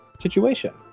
situation